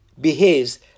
Behaves